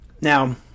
Now